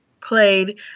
played